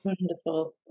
Wonderful